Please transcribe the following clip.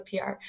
PR